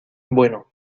bueno